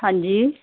ਹਾਂਜੀ